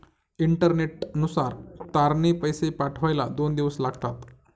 इंटरनेटनुसार तारने पैसे पाठवायला दोन दिवस लागतात